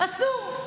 אסור.